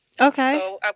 Okay